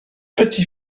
petit